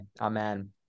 Amen